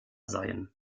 seien